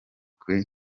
kuri